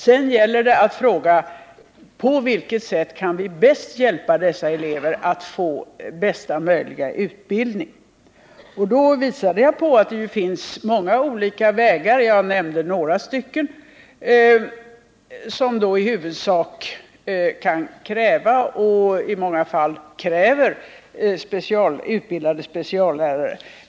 Sedan gäller det att besvara frågan: På vilket sätt kan vi bäst hjälpa dessa elever att få bästa möjliga utbildning? Jag har visat på att det finns många olika vägar att gå. Jag nämnde några, som kan kräva och i många fall kräver utbildade speciallärare.